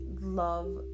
love